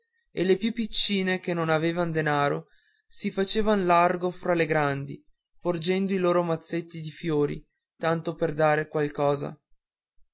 e le più piccine che non avevan denaro si facevan largo tra le grandi porgendo i loro mazzetti di fiori tanto per dar qualche